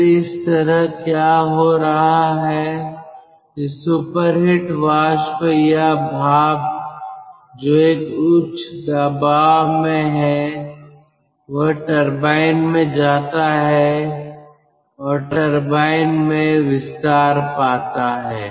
फिर इस तरफ क्या हो रहा है यह सुपरहिट वाष्प या भाप जो एक उच्च दबाव में है वह टरबाइन में जाता है और टरबाइन में विस्तार पाता है